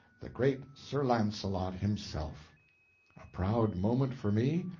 the great sir launcelot himself! a proud moment for me?